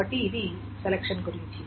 కాబట్టి ఇది సెలక్షన్ గురించి